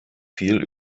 viel